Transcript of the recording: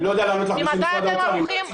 ממתי אתם ערוכים?